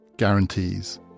guarantees